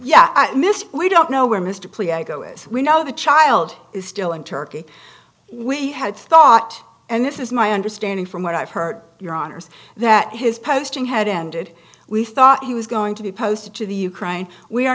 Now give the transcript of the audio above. miss we don't know where mr plea i go is we know the child is still in turkey we had thought and this is my understanding from what i've heard your honour's that his posting had ended we thought he was going to be posted to the ukraine we are